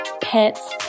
pets